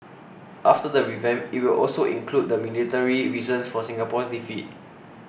after the revamp it will also include the military reasons for Singapore's defeat